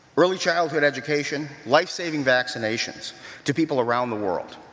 early childhood education, life-saving vaccinations to people around the world.